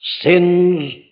sin's